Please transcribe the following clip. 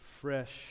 fresh